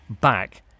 back